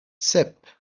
sep